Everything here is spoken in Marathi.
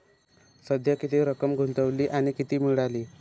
सध्या किती रक्कम गुंतवली आणि किती मिळाली